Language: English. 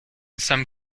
some